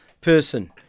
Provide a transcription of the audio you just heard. person